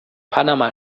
panama